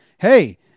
Hey